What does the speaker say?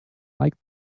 like